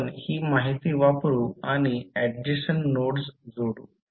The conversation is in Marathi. आपण ती माहिती वापरू आणि ऍड्जसेन्ट नोड्स जोडू